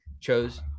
chose